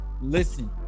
Listen